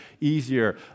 easier